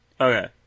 Okay